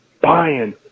buying